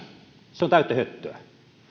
se on täyttä höttöä